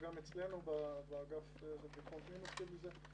וגם אצלנו באגף לביטחון פנים עוסקים בזה.